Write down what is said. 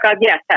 yes